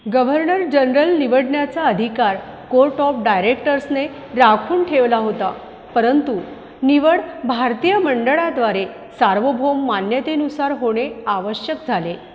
governor general निवडण्याचा अधिकार court of डायरेक्टर्सने राखून ठेवला होता परंतु निवड भारतीय मंडळाद्वारे सार्वभौम मान्यतेनुसार होणे आवश्यक झाले